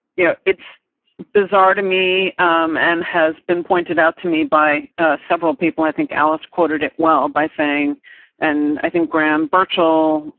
you know, it's bizarre to me um and has been pointed out to me by several people. i think alice quoted it well, by saying and i think graham, virtual.